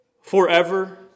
forever